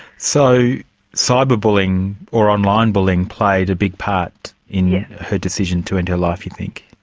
so cyber bullying, or online bullying, played a big part in yeah her decision to end her life, you think.